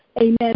Amen